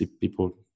people